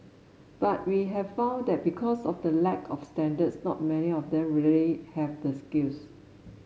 but we have found that because of the lack of standards not many of them really have the skills